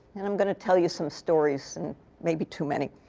and i'm going to tell you some stories and maybe too many.